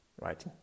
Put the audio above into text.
right